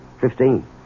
Fifteen